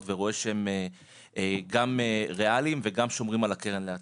ורואה שהם ריאליים וגם שומרים על הקרן לעתיד.